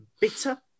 bitter